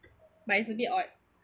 but it's a bit odd